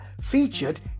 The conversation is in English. featured